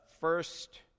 first